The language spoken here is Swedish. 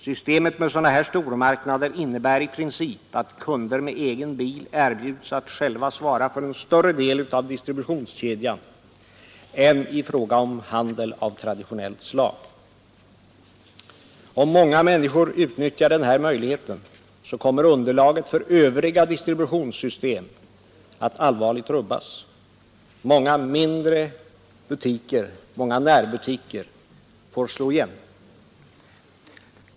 Systemet med sådana här stormarknader innebär i princip att kunder med egen bil erbjuds att själva svara för en större del av distributionskedjan än vad fallet är vid handel av traditionellt slag. Om många människor utnyttjar den här möjligheten kommer underlaget för övriga distributionssystem att allvarligt rubbas. Många mindre butiker och många närbutiker får slå igen.